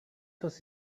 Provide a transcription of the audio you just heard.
does